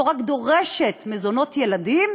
או רק דורשת מזונות ילדים,